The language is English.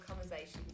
conversations